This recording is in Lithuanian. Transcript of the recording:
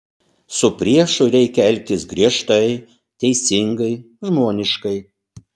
su priešu reikia elgtis griežtai teisingai žmoniškai